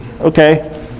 okay